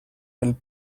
del